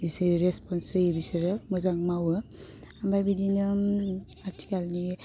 एसे रेसपन्स होयो बिसोरो मोजां मावो आमफाय बिदिनो आथिखालनि